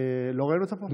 לא ראינו אותה פה.